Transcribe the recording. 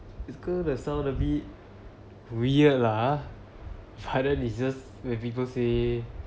this gonna sound a bit weird lah ha hardest is just when when people say